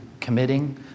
committing